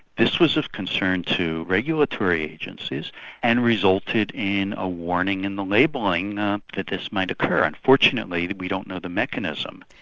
this was of concern to regulatory agencies and resulted in a warning on the labelling that this might occur. unfortunately we don't know the mechanism.